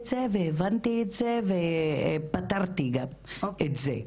אני יודעת את זה, והבנתי את זה וגם פתרתי את זה.